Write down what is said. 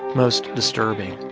most disturbing.